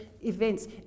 events